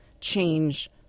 change